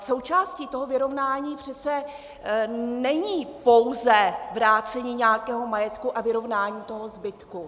Součástí toho vyrovnání přece není pouze vrácení nějakého majetku a vyrovnání toho zbytku.